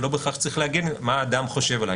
ולא בהכרח צריך להגן על מה אדם חושב עליי.